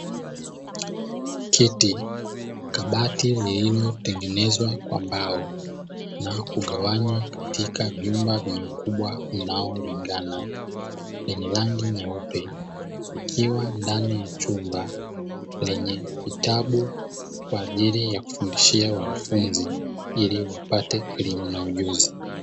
Kiti, Kabati lililotengezwa kwa mbao na kugawanywa katika vyumba vyenye ukubwa unaolingana lenye rangi nyeupe, likiwa ndani ya chumba lenye vitabu kwa ajili ya kufundishia wanafunzi ili wapate elimu na ujuzi.